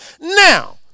now